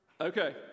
Okay